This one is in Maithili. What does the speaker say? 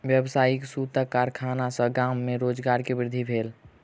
व्यावसायिक सूतक कारखाना सॅ गाम में रोजगार के वृद्धि भेल